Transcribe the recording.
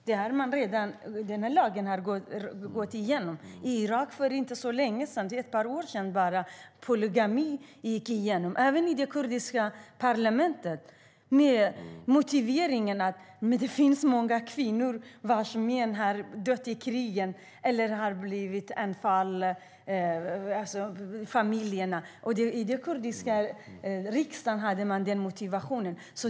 Den lagen har redan gått igenom. I Irak gick för inte så länge sedan - ett par år sedan bara - ett lagförslag om polygami igenom, även i det kurdiska parlamentet, med motiveringen att det finns många kvinnor vars män har dött i krigen eller att något annat har hänt familjerna. I den kurdiska riksdagen hade man denna motivering.